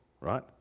right